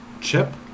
Chip